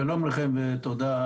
שלום לכם, ותודה.